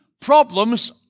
problems